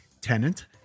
tenant